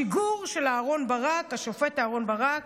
שיגור של השופט אהרן ברק